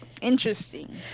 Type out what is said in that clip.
Interesting